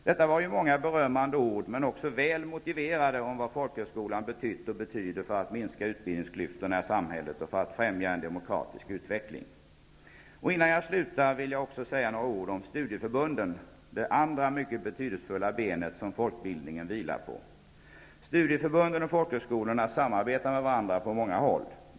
Detta var många berömmande ord, men också väl motiverade, om vad folkhögskolan betytt och betyder för att minska utbildningsklyftorna i samhället och för att främja en demokratisk utveckling. Innan jag slutar vill jag också säga några ord om studieförbunden -- det andra mycket betydelsefulla ben som folkbildningen vilar på. Studieförbunden och folkhögskolorna samarbetar med varandra på många håll.